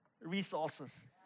Resources